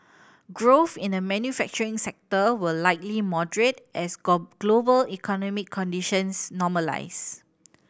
growth in the manufacturing sector will likely moderate as global economic conditions normalise